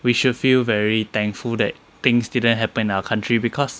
we should feel very thankful that things didn't happen in our country because